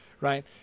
right